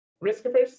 risk-averse